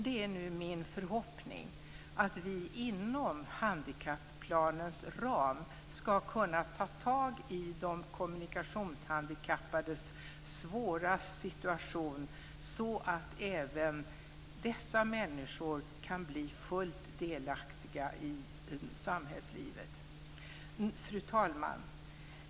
Det är nu min förhoppning att vi inom handikapplanens ram ska kunna ta tag i de kommunikationshandikappades svåra situation, så att även dessa människor kan bli fullt delaktiga i samhällslivet. Fru talman!